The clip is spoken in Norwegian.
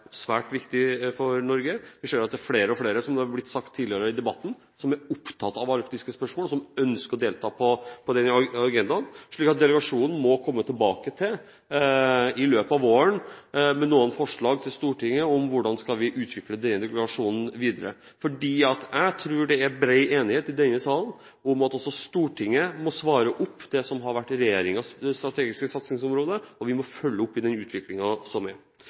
svært viktig for Norge. Vi ser at det er flere og flere, som det har blitt sagt tidligere i debatten, som er opptatt av arktiske spørsmål, og som ønsker å delta i den diskusjonen. Delegasjonen må i løpet av våren komme tilbake med noen forslag til Stortinget om hvordan vi skal utvikle delegasjonen videre. Jeg tror det er bred enighet i denne salen om at Stortinget må følge opp det som har vært regjeringens strategiske satsingsområde, og vi må følge opp den utviklingen som er.